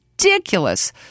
Ridiculous